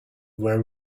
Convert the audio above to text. were